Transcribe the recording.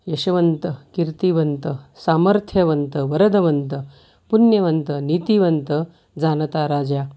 यशवंत कीर्तिवंत सामर्थ्यवंत वरदवंत पुण्यवंत नीतीवंत जाणता राजा